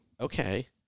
Okay